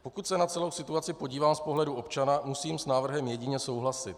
Pokud se na celou situaci podívám z pohledu občana, musím s návrhem jedině souhlasit.